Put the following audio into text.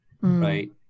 right